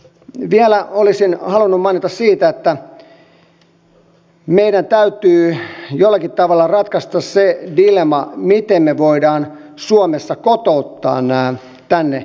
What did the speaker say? vielä olisin halunnut mainita siitä että meidän täytyy jollakin tavalla ratkaista se dilemma miten me voimme suomessa kotouttaa nämä tänne jäävät henkilöt